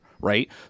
right